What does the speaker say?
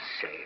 Say